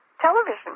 television